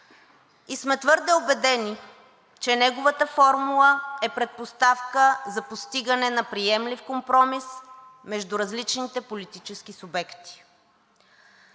И сме твърдо убедени, че неговата формула е предпоставка за постигане на приемлив компромис между различните политически субекти.